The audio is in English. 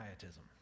pietism